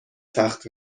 تخت